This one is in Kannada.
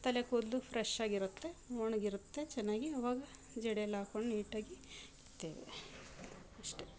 ತಲೆ ಕೂದಲು ಫ್ರೆಶ್ಶಾಗಿರುತ್ತೆ ಒಣಗಿರುತ್ತೆ ಚೆನ್ನಾಗಿ ಆವಾಗ ಜಡೆ ಎಲ್ಲ ಹಾಕೊಂಡ್ ನೀಟಾಗಿ ಇರ್ತೇವೆ ಅಷ್ಟೆ